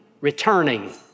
returning